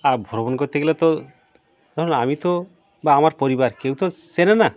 আর ভ্রমণ করতে গেলে তো ধরুন আমি তো বা আমার পরিবার কেউ তো চেনে না